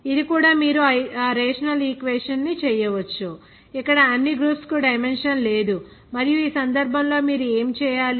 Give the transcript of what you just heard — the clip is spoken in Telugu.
ఇది కూడా మీరు ఆ రేషనల్ ఈక్వేషన్ ని చేయవచ్చు ఇక్కడ అన్ని గ్రూప్స్ కు డైమెన్షన్ లేదు మరియు ఈ సందర్భంలో మీరు ఏమి చేయాలి